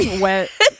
wet